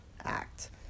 act